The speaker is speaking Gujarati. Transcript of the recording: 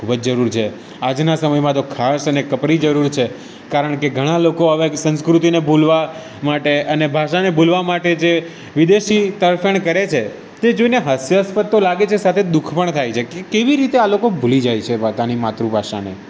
ખૂબ જ જરૂર છે આજના સમયમાં તો ખાસ અને કપરી જરૂર છે કારણકે ઘણા લોકો હવે સંસ્કૃતિને ભૂલવા માટે અને ભાષાને ભૂલવા માટે જે વિદેશી તરફેણ કરે છે તે જોઈને હાસ્યસ્પદ તો લાગે છે સાથે દુઃખ પણ થાય છે કે કેવી રીતે આ લોકો ભૂલી જાય છે પોતાની માતૃભાષાને